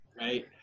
right